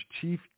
chief